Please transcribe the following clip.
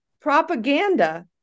propaganda